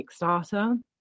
Kickstarter